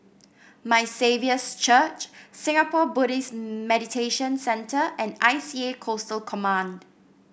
My Saviour's Church Singapore Buddhist Meditation Centre and I C A Coastal Command